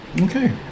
Okay